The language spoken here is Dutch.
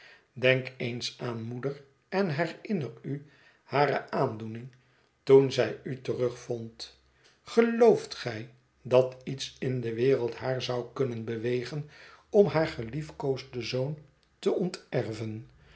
denk eens aan moeder en herinner u hare aandoening toen zij u terugvond gelooft gij dat iets in de wereld haar zou kunnen bewegen om haar geliefkoosden zoon te onterven